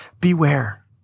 beware